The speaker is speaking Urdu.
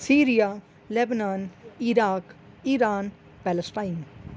Syria Lebanon Iraq Iran Palestine